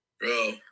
bro